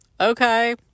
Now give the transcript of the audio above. Okay